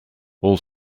all